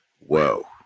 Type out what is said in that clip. Whoa